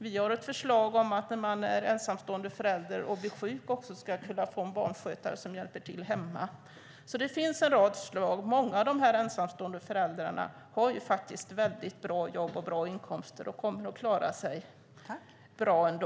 Vi har lagt fram förslag om att en ensamstående förälder vid sjukdom kan få hjälp av en barnskötare hemma. Det finns en rad förslag. Många av de ensamstående föräldrarna har bra arbeten och inkomster, och de kommer att klara sig bra ändå.